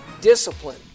Discipline